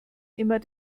immer